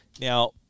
Now